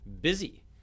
busy